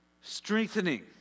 strengthening